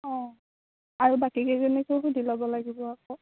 অ' আৰু বাকীকেইজনীকো সুধি ল'ব লাগিব আকৌ